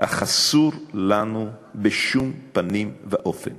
אך אסור לנו בשום פנים ואופן